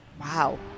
Wow